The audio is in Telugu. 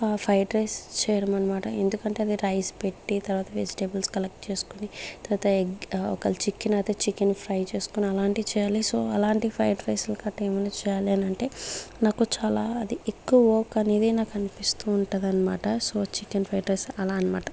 ఫ్రైడ్ రైస్ చేయడం అన్నమాట ఎందుకంటే అది రైస్ పెట్టి తర్వాత వెజిటేబుల్స్ కలెక్ట్ చేసుకుని తర్వాత ఎగ్ ఒకవేళ చికెన్ అది చికెన్ ఫ్రై చేసుకుని అలాంటివి చేయాలి సో అలాంటి ఫైడ్ రైస్ ల కట్ట ఏమన్నా చేయాలి అనంటే నాకు చాలా అది ఎక్కువ వర్క్ అనేది నాకు అనిపిస్తుంటాదన్నమాట సో చికెన్ ఫ్రైడ్ రైస్ అలా అన్నమాట